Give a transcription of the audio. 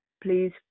Please